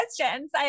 questions